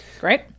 great